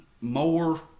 more